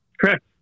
Correct